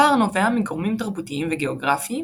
הפער נובע מגורמים תרבותיים וגאוגרפיים,